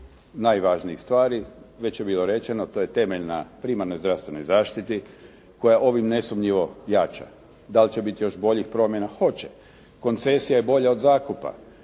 najvažnijih stvari, već je bilo rečeno, to je temelj na primarnoj zdravstvenoj zaštiti koja ovim nesumnjivo jača. Da li će biti još boljih promjena? Hoće. Koncesija je bolja od zakupa,